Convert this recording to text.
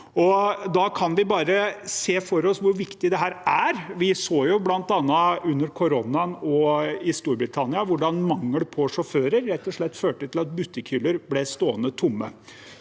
Vi kan bare se for oss hvor viktig dette er. Vi så bl.a. under koronaen i Storbritannia hvordan mangelen på sjåfører rett og slett førte til at butikkhyller ble stående tomme.